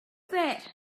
that